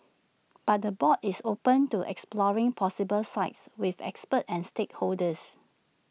but the board is open to exploring possible sites with experts and stakeholders